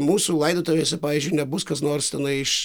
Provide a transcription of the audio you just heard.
mūsų laidotuvėse pavyzdžiui nebus kas nors tenai iš